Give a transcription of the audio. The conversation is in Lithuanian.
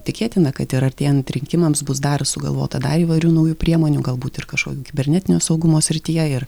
tikėtina kad ir artėjant rinkimams bus dar sugalvota dar įvairių naujų priemonių galbūt ir kažkokių kibernetinio saugumo srityje ir